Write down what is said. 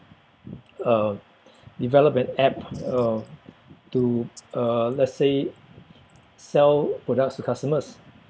uh develop an app uh to uh let's say sell products to customers